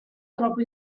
troppo